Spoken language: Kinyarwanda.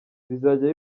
bizajya